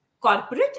corporate